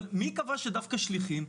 אבל מי קבע שדווקא שליחים?